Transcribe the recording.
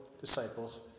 disciples